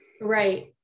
Right